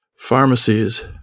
pharmacies